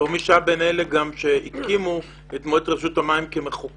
כמי שהיה בין אלה שהקימו את מועצת רשות המים כמחוקק